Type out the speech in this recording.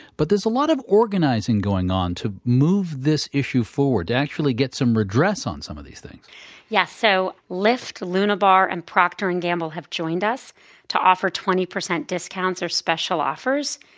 but there's a lot of organizing going on to move this issue forward, to actually get some redress on some of these things yes, so lyft, luna bar and procter and gamble have joined us to offer twenty percent discounts or special offers.